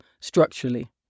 structurally